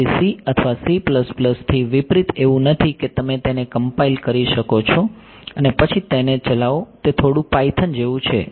તેથી C અથવા C થી વિપરીત એવું નથી કે તમે તેને કમ્પાઈલ કરી શકો અને પછી તેને ચલાવો તે થોડું પાયથન જેવું છે